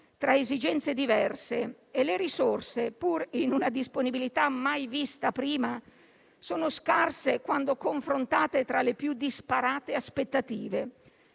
tra esigenze diverse e risorse che, pur in una disponibilità mai vista prima, sono scarse quando confrontate con le più disparate aspettative.